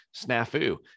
snafu